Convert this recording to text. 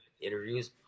interviews